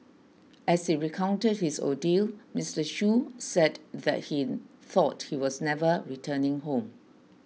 as he recounted his ordeal Mr Shoo said that he thought he was never returning home